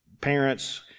parents